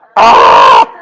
ahh!